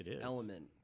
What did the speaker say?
element